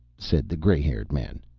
said the gray-haired man.